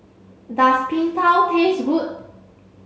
does Png Tao taste good